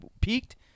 peaked